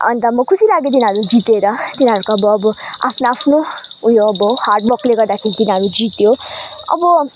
अन्त म खुसी लाग्यो तिनीहरू जितेर तिनीहरूको अब अब आफ्नो आफ्नो उयो अब हार्ड वर्कले गर्दाखेरि तिनीहरूले जित्यो अब